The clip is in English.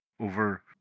over